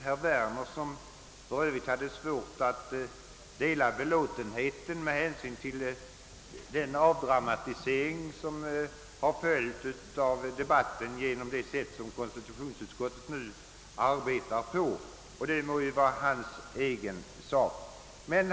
Herr Werner hade svårt att dela belåtenheten med den avdramatisering av debatten som följt av det sätt på vilket konstitutionsutskottet nu arbetar. Det må vara hans egen sak.